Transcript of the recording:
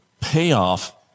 payoff